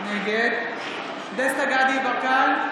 נגד דסטה גדי יברקן,